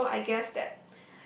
so I guess that